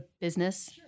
business